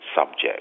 subject